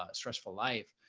ah stressful life,